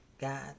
God